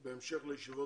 בהמשך לישיבות